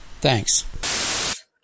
Thanks